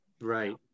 Right